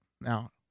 now